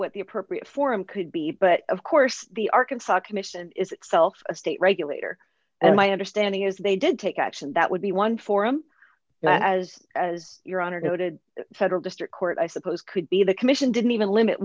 what the appropriate forum could be but of course the arkansas commission is itself a state regulator and my understanding is they did take action that would be one forum as as your honor noted federal district court i suppose could be the commission didn't even limit